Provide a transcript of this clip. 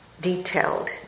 detailed